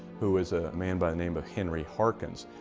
who is a man by the name of henry harkins.